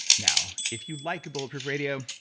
now if you like bulletproof radio,